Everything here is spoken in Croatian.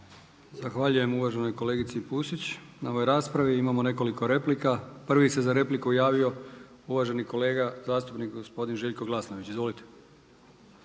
Zahvaljujem uvaženoj kolegici Pusić na ovoj raspravi. Imamo nekoliko replika. Prvi se za repliku javio uvaženi kolega zastupnik gospodin Željko Glasnović, izvolite.